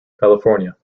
california